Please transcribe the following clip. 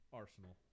arsenal